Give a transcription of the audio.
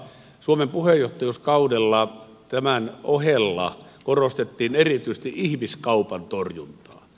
suomen puheenjohtajuuskaudella tämän ohella korostettiin erityisesti ihmiskaupan torjuntaa